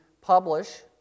publish